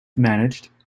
managed